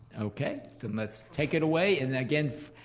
okay then let's take it away and again,